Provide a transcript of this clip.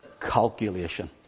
calculation